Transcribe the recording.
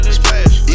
splash